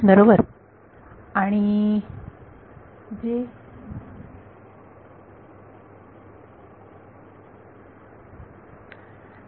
विद्यार्थी j